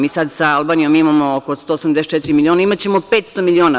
Mi sad sa Albanijom imamo oko 184 miliona, a imaćemo 500 miliona.